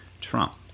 Trump